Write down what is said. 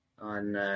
on